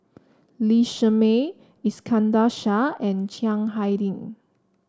Lee Shermay Iskandar Shah and Chiang Hai Ding